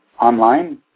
online